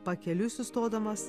pakeliui sustodamas